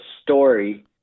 story